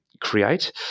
create